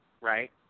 right